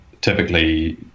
typically